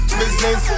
business